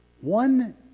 one